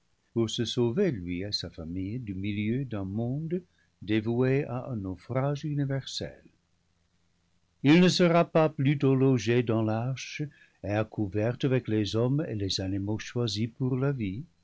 se sauver lui et sa famille du milieu d'un monde dévoué à un naufrage universel il ne sera pas plutôt logé dans l'arche et à couvert avec les hommes et les animaux choisis pour la vie